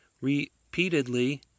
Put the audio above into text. repeatedly